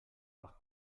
par